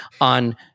on